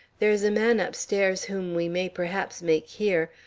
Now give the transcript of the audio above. there is a man upstairs whom we may perhaps make hear,